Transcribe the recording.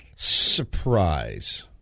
Surprise